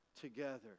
together